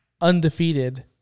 Undefeated